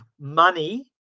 money